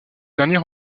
dernier